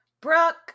Brooke